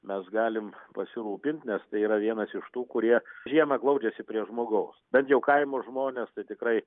mes galim pasirūpint nes tai yra vienas iš tų kurie žiemą glaudžiasi prie žmogaus bent jau kaimo žmonės tai tikrai